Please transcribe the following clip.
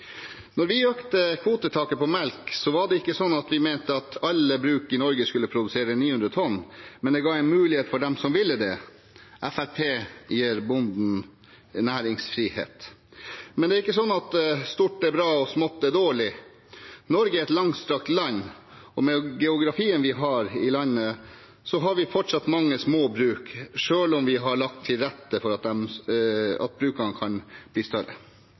Når vi økte kvotetaket på melk, var det ikke sånn at vi mente alle bruk i Norge skulle produsere 900 tonn, men det ga en mulighet for dem som ville det. Fremskrittspartiet gir bonden næringsfrihet. Det er ikke sånn at stort er bra, og smått er dårlig. Norge er et langstrakt land, og med den geografien vi har i landet, har vi fortsatt mange små bruk, selv om vi har lagt til rette for at brukene kan bli større.